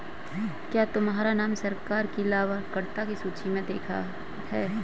क्या तुम्हारा नाम सरकार की लाभकर्ता की सूचि में देखा है